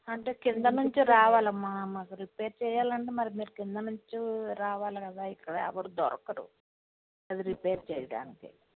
అంటే కింద నుంచి రావాలమ్మ మాకు రిపేర్ చేయాలంటే మరి మీరు కింద నుంచి రావాలి కదా ఇక్కడ ఎవరు దొరకరు అది రిపేర్ చేయడానికి